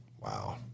Wow